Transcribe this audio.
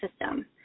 system